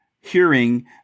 hearing